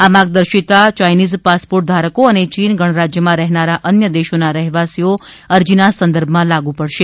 આ માર્ગદર્શિતા Chinese passport ધારકો અને ચીન ગણરાજ્યમાં રહેનારા અન્ય દેશોના રહેવાસીઓ અરજીના સંદર્ભમાં લાગુ પડશે